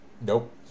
Nope